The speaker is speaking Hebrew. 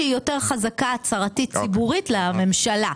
שהיא יותר חזקה הצהרתית-ציבורית לממשלה.